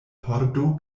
pordo